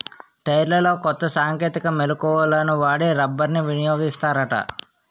టైర్లలో కొత్త సాంకేతిక మెలకువలను వాడి రబ్బర్ని వినియోగిస్తారట